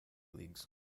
leagues